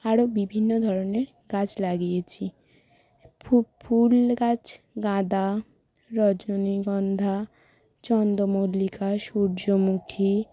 আরও বিভিন্ন ধরনের গাছ লাগিয়েছি ফুল গাছ গাঁদা রজনীগন্ধা চন্দ্রমল্লিকা সূর্যমুখী